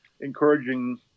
encouraging